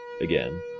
again